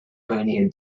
pioneer